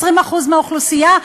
20% מהאוכלוסייה,